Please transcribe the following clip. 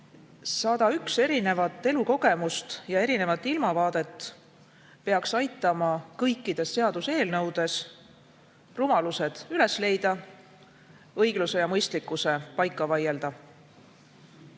seda. 101 erinevat elukogemust ja erinevat ilmavaadet peaks aitama kõikides seaduseelnõudes rumalused üles leida, õigluse ja mõistlikkuse paika vaielda.